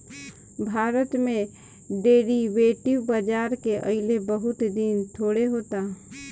भारत में डेरीवेटिव बाजार के अइले बहुत दिन थोड़े होता